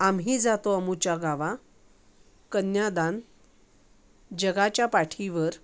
आम्ही जातो आमच्या गावा कन्यादान जगाच्या पाठीवर